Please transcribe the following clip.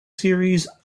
series